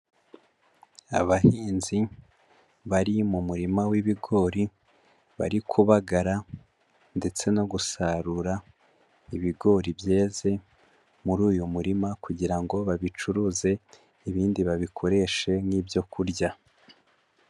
Abahinzi bari mu murima w'ibigori, bari kubabagara ndetse no gusarura ibigori byeze muri uyu murima, kugira ngo babicuruze, ibindi babikoreshe nk'ibyo kurya.